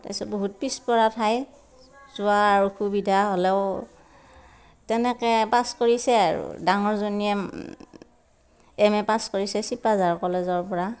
তাৰপিছত বহুত পিছপৰা ঠাই যোৱাৰ অসুবিধা হ'লেও তেনেকৈ পাছ কৰিছে আৰু ডাঙৰজনীয়ে এম এ পাছ কৰিছে ছিপাঝাৰ কলেজৰপৰা